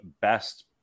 best